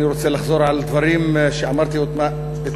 אני רוצה לחזור על דברים שאמרתי אתמול,